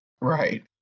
Right